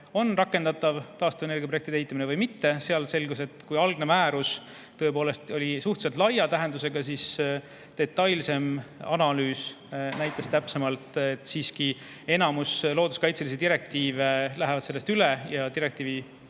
saab taastuvenergia projekte ellu viia või mitte. Selgus, et kui algne määrus tõepoolest oli suhteliselt laia tähendusega, siis detailsem analüüs näitas täpsemalt, et siiski enamus looduskaitselisi direktiive läheb sellest üle ja direktiivi